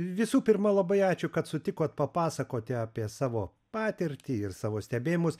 visų pirma labai ačiū kad sutikot papasakoti apie savo patirtį ir savo stebėjimus